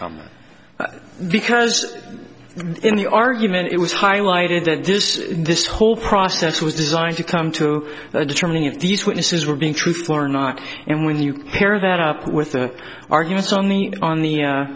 other because in the argument it was highlighted that this this whole process was designed to come to determining if these witnesses were being truthful or not and when you compare that up with the arguments on me on the